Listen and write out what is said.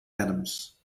atoms